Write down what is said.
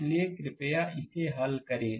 इसलिए कृपया इसे यहां हल करें